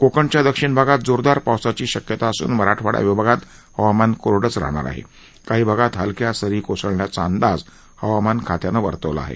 कोकणच्या दक्षिण भागात जोरदार पावसाची शक्यताही असून मराठवाडा विभागात हवामान कोरडच राहणार असून काही भागात हलक्या सरी कोसळण्याचा अंदाज हवामान खात्यानं वर्तवला आहे